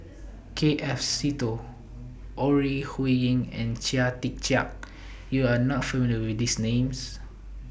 K F Seetoh Ore Huiying and Chia Tee Chiak YOU Are not familiar with These Names